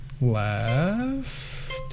left